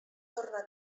torna